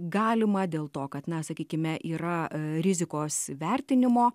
galimą dėl to kad na sakykime yra rizikos vertinimo